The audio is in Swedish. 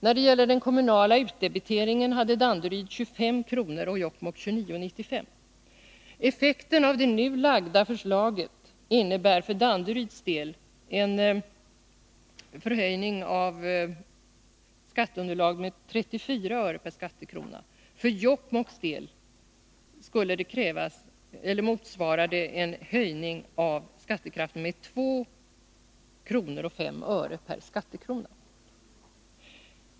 Då det gäller den kommunala utdebiteringen hade Danderyd 25 kr. och Jokkmokk 29:95 kr. Effekten av det nu framlagda förslaget innebär för Danderyds del en höjning av skatteunderlaget med 34 öre per skattekrona. För Jokkmokks del skulle det bli en höjning med 2:05 kr. per skattekrona.